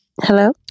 Hello